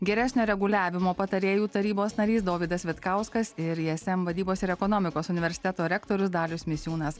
geresnio reguliavimo patarėjų tarybos narys dovydas vitkauskas ir ism vadybos ir ekonomikos universiteto rektorius dalius misiūnas